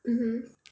mmhmm